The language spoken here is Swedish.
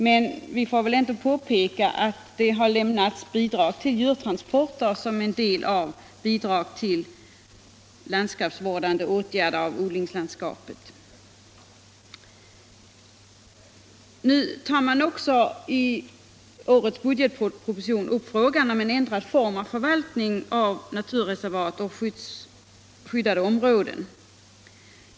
Men vi får väl ändå påpeka att det har lämnats bidrag till djurtransporter som en del av bidragen till landskapsvårdande åtgärder i odlingslandskapet. Nu tar man också i årets budgetproposition upp frågan om en ändrad förvaltning av naturreservat och skyddade områden.